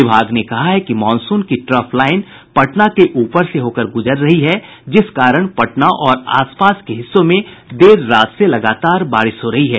विभाग ने कहा है कि मॉनसून की ट्रफ लाईन पटना के ऊपर से होकर गुजर रही है जिस कारण पटना और आसपास के हिस्सों में देर रात से लगातार बारिश हो रही है